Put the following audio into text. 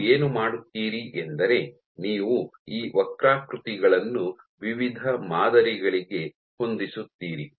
ನೀವು ಏನು ಮಾಡುತ್ತೀರಿ ಎಂದರೆ ನೀವು ಈ ವಕ್ರಾಕೃತಿಗಳನ್ನು ವಿವಿಧ ಮಾದರಿಗಳಿಗೆ ಹೊಂದಿಸುತ್ತೀರಿ